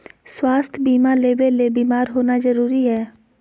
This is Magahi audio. स्वास्थ्य बीमा लेबे ले बीमार होना जरूरी हय?